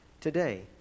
today